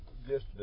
yesterday